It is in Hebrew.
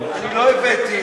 אני לא הבאתי,